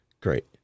great